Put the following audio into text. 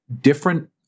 different